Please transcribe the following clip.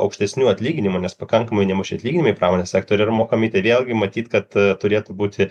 aukštesnių atlyginimų nes pakankamai nemaži atlyginimai pramonės sektoriuje yra mokami tai vėlgi matyt kad turėtų būti